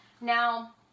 Now